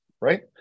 right